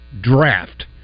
draft